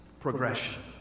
progression